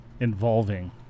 Involving